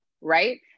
right